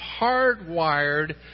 hardwired